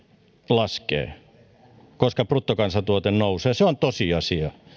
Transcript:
laskee koska bruttokansantuote nousee se on tosiasia